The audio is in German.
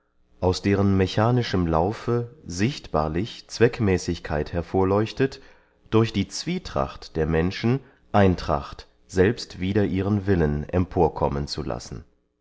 aus deren mechanischem laufe sichtbarlich zweckmäßigkeit hervorleuchtet durch die zwietracht der menschen eintracht selbst wider ihren willen emporkommen zu lassen